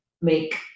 make